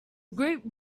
great